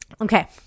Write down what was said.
Okay